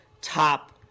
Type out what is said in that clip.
top